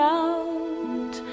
out